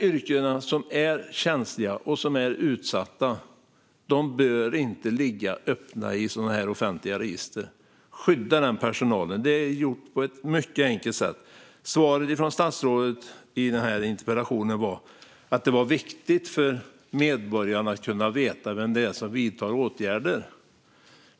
Yrkena som är känsliga och utsatta bör inte ligga öppna i offentliga register. Skydda den personalen! Det går att göra på ett mycket enkelt sätt. Svaret från statsrådet på den här interpellationen är att det är viktigt för medborgarna att kunna veta vem det är som vidtar åtgärder.